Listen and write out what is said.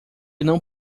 não